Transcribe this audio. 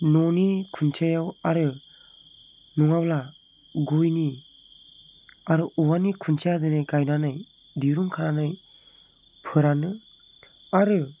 न'नि खुन्थियायाव आरो नङाब्ला गयनि आरो औवानि खुन्थिया जेरै गायनानै जेरै दिरुं खानानै फोरानो आरो